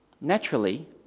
Naturally